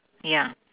yeah